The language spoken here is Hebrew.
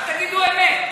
רק תגידו אמת.